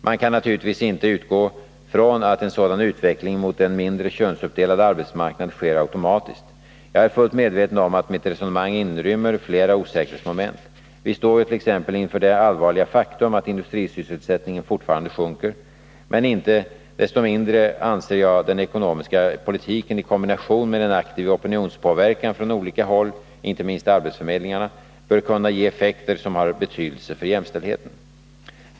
Man kan naturligtvis inte utgå från att en sådan utveckling mot en mindre könsuppdelad arbetsmarknad sker automatiskt. Jag är fullt medveten om att mitt resonemang inrymmer flera osäkerhetsmoment. Vi står ju t.ex. inför det allvarliga faktum att industrisysselsättningen fortfarande sjunker. Men inte desto mindre anser jag att den ekonomiska politiken i kombination med en aktiv opinionspåverkan från olika håll, inte minst från arbetsförmedlingarna, bör kunna ge effekter som har betydelse för jämställdheten.